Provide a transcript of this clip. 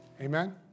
Amen